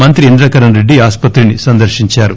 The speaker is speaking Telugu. మంత్రి ఇంద్రకరణ్ రెడ్డి ఆసుపత్రిని సందర్పించారు